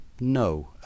no